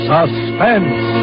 Suspense